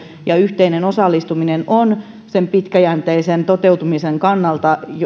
ja yhteinen osallistuminen ovat pitkäjänteisen toteutumisen kannalta